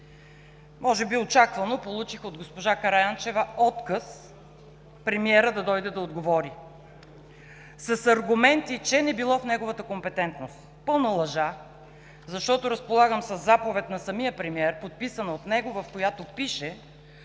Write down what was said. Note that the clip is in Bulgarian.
Може би очаквано получих от госпожа Караянчева отказ премиерът да дойде да отговори, с аргументи, че не било в неговата компетентност. Пълна лъжа, защото разполагам със заповед на самия премиер, подписана от него, в която пише,